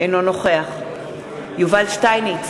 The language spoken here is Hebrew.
אינו נוכח יובל שטייניץ,